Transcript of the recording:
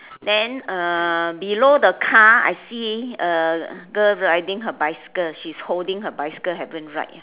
then uh below the car I see a girl riding her bicycle she's holding her bicycle haven't ride